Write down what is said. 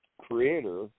creator